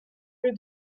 rue